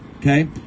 Okay